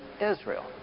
Israel